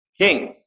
Kings